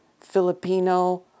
Filipino